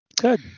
good